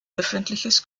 öffentliches